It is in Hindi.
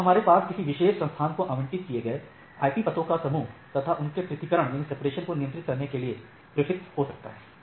अतः हमारे पास किसी विशेष संस्थान को आवंटित किए गए IP पतों का समूह तथा उनके पृथक्करण को नियंत्रित करने के लिए prefix हो सकता है